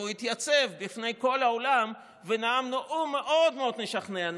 והוא התייצב בפני כל העולם ונאם נאום מאוד מאוד משכנע,